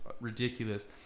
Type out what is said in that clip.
ridiculous